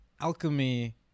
alchemy